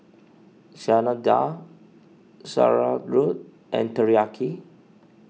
Chana Dal Sauerkraut and Teriyaki